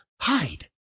hide